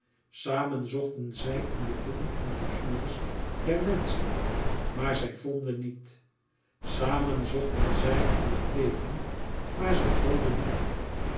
samen zochten zij in de boeken en brochures der menschen maar zij vonden niet samen zochten zij in het leven maar zij vonden niet